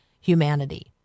humanity